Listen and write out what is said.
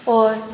हय